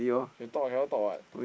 you talk I cannot talk [what]